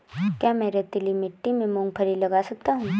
क्या मैं रेतीली मिट्टी में मूँगफली लगा सकता हूँ?